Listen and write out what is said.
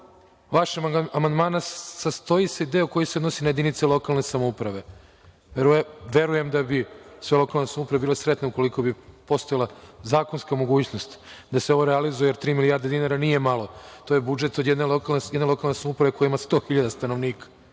vašeg amandmana sastoji se deo koji se odnosi na jedinice lokalne samouprave. Verujem da bi sve lokalne samouprave bile sretne u koliko bi postojala zakonska mogućnost da se ovo realizuje, jer tri milijarde dinara nije malo, to je budžet od jedne lokalne samouprave koja ima 100 hiljada stanovnika.